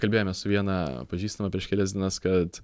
kalbėjomės su viena pažįstama prieš kelias dienas kad